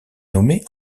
nommé